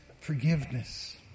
forgiveness